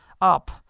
up